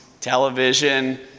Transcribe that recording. television